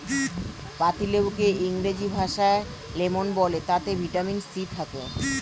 পাতিলেবুকে ইংরেজি ভাষায় লেমন বলে তাতে ভিটামিন সি থাকে